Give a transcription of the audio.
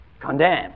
condemn